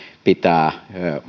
pitää